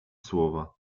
słowa